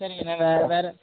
சரிங்கண்ண நான் வேறு